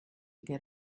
get